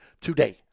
today